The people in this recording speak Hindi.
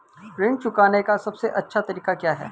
ऋण चुकाने का सबसे अच्छा तरीका क्या है?